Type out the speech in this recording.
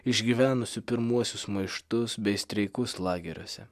išgyvenusių pirmuosius maištus bei streikus lageriuose